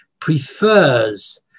prefers